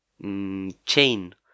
chain